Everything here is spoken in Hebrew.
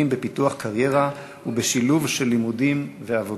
בפיתוח קריירה ובשילוב של לימודים ועבודה.